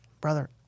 brother